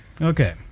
Okay